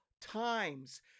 times